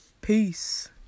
Peace